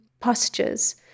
postures